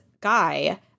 Guy